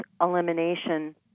elimination